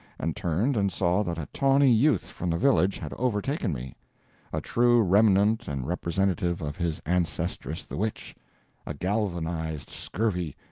and turned and saw that a tawny youth from the village had overtaken me a true remnant and representative of his ancestress the witch a galvanised scurvy,